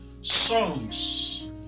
songs